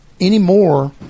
anymore